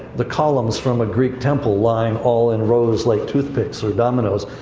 the columns from a greek temple line all in rows like toothpicks, or dominoes,